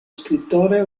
scrittore